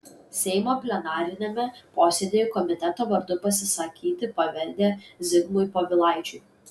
seimo plenariniame posėdyje komiteto vardu pasisakyti pavedė zigmui povilaičiui